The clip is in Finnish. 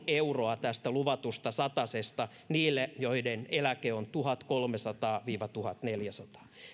euroa tästä luvatusta satasesta niille joiden eläke on tuhatkolmesataa viiva tuhatneljäsataa